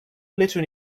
little